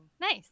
Nice